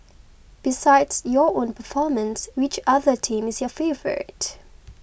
besides your own performance which other team is your favourite